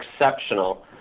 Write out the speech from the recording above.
exceptional